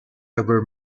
ever